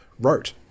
wrote